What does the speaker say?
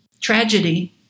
tragedy